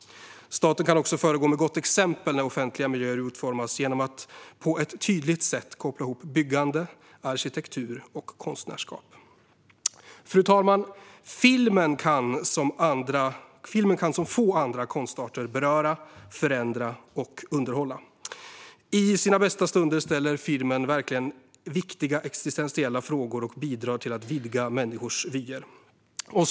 Staten kan också föregå med gott exempel när offentliga miljöer utformas genom att på ett tydligt sätt koppla ihop byggande, arkitektur och konstnärskap. Fru talman! Filmen kan som få andra konstarter beröra, förändra och underhålla. I sina bästa stunder ställer filmen viktiga existentiella frågor och bidrar till att vidga människors vyer.